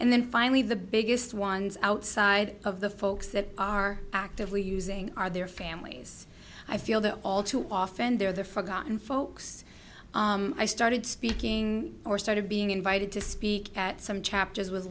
and then finally the biggest ones outside of the folks that are actively using our their families i feel that all too often they're the forgotten folks i started speaking or started being invited to speak at some chapters was